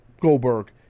Goldberg